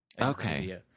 Okay